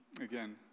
again